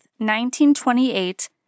1928